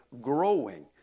growing